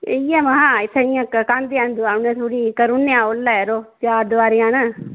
इंया गै में हा कंध जन दोआई ओड़ने आं करी ओड़ने आं ओह्ल्ला यरो चारदवारी जन